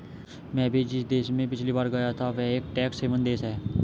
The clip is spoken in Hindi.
मैं भी जिस देश में पिछली बार गया था वह एक टैक्स हेवन देश था